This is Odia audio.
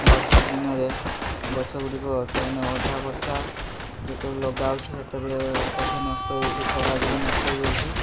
ବର୍ଷା ଦିନରେ ଗଛଗୁଡ଼ିକ ତା'ମାନେ ଅଧା ବର୍ଷା ଯେତେବେଳେ ଲଗାଉଛି ସେତେବେଳେ ଅଧେ ନଷ୍ଟ ହେଇଯାଉଛି ଖରା ଯୋଗୁଁ ନଷ୍ଟ ହେଇଯାଉଛି